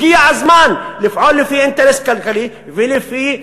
הגיע הזמן לפעול לפי אינטרס כלכלי ולפי,